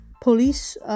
police